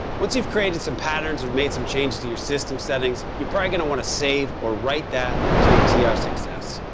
once you've created some patterns and made some changes to your system settings, you probably don't want to save or write that to your tr ah six s.